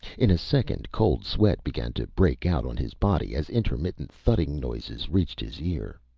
in a second cold sweat began to break out on his body, as intermittent thudding noises reached his ear.